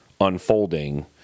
unfolding